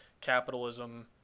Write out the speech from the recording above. capitalism